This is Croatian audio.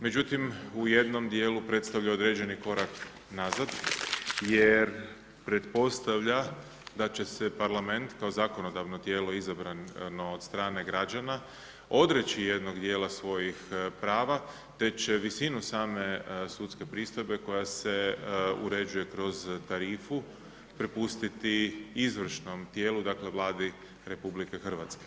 Međutim, u jednom dijelu predstavlja određeni korak nazad jer pretpostavlja da će se parlament kao zakonodavno tijelo izabrano od strane građana odreći jednog dijela svojih prava, te će visinom same sudske pristojbe koja se uređuje kroz tarifu, prepustiti izvršnom dijelu dakle, Vladi RH.